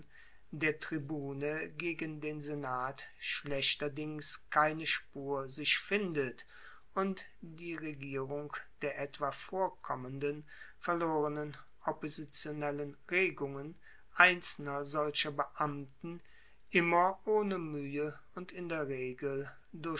der tribune gegen den senat schlechterdings keine spur sich findet und die regierung der etwa vorkommenden verlorenen oppositionellen regungen einzelner solcher beamten immer ohne muehe und in der regel